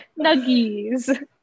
Nuggies